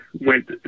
went